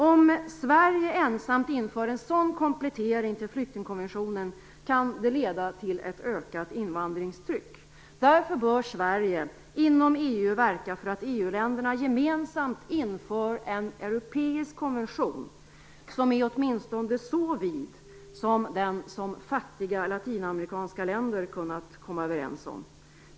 Om Sverige ensamt inför en sådan komplettering till flyktingkonventionen kan det leda till ett ökat invandringstryck. Därför bör Sverige inom EU verka för att EU-länderna inför en europeisk konvention som är åtminstone lika vid som den som fattiga latinamerikanska länder kunnat komma överens om.